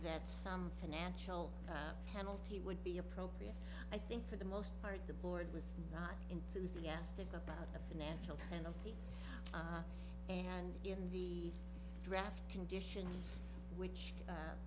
that some financial penalty would be appropriate i think for the most part the board was not enthusiastic about a financial penalty and in the draft conditions which